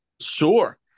Sure